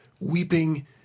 weeping